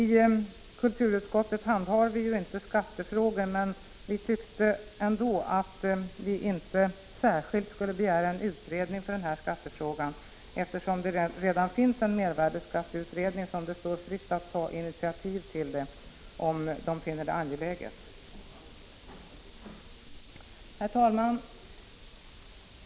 I kulturutskottet handhar vi inte skattefrågor, men vi tyckte ändå inte att vi särskilt skulle begära en utredning för den här skattefrågan, eftersom det redan finns en mervärdeskatteutredning, som det står fritt att ta initiativ på den här punkten, om man finner det angeläget. Herr talman!